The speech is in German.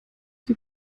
die